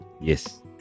Yes